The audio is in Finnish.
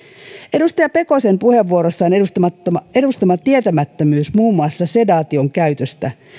edustaja pekosen puheenvuorossaan edustama edustama tietämättömyys muun muassa sedaation käytöstä